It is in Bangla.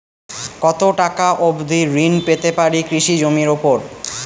কত টাকা অবধি ঋণ পেতে পারি কৃষি জমির উপর?